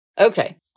Okay